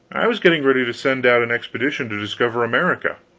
i was getting ready to send out an expedition to discover america.